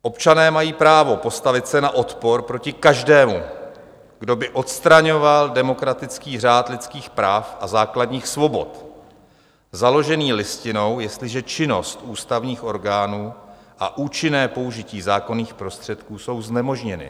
Občané mají právo postavit se na odpor proti každému, kdo by odstraňoval demokratický řád lidských práv a základních svobod založený Listinou, jestliže činnost ústavních orgánů a účinné použití zákonných prostředků jsou znemožněny.